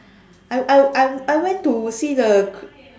I I I I went to see the